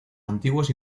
antiguos